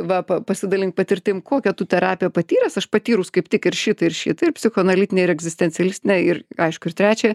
va pa pasidalink patirtim kokią tu terapiją patyręs aš patyrus kaip tik ir šitą ir šitą ir psichoanalitinę ir egzistencialistinę ir aišku ir trečią